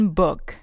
book